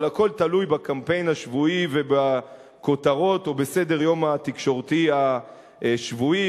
אבל הכול תלוי בקמפיין השבועי ובכותרות ובסדר-היום התקשורתי השבועי.